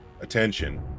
attention